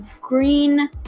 green